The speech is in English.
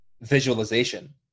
visualization